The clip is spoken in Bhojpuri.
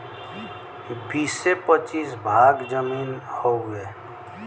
बीसे पचीस भाग जमीन हउवे